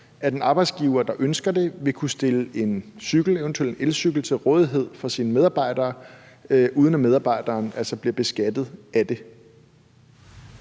at en arbejdsgiver, der ønsker det, vil kunne stille en cykel – eventuelt en elcykel – til rådighed for sine medarbejdere, uden at medarbejderne altså bliver beskattet af det?